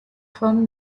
from